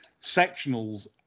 sectionals